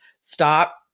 stop